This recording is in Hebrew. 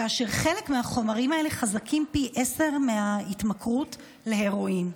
חלק מהחומרים האלה חזקים פי עשרה מההתמכרות להרואין.